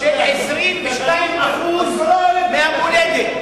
של 22% מהמולדת.